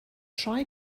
rhai